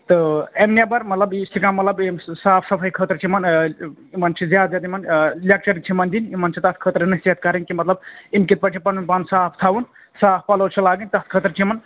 تہٕ اَمہِ نیٚبَر مَطلَب یُس تہِ کانٛہہ مَطلَب صاف صفٲیِی خٲطرٕ چھِ یِمَن آ یِمَن چھِ زِیادٕ یِمَن آ لیکچَر چھِ یِمن دِنۍ یِمَن چھِ تَتھ خٲطرٕ نَصیٖحت کَرٕنۍ کہِ مَطلَب یِم کِتھٕ پٲٹھۍ چھِ پَنُن پان صاف تھاوُن صاف پَلو چھِ لاگٕنۍتَتھ خٲطرٕ چھِ یِمَن